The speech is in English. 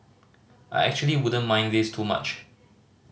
I actually wouldn't mind this too much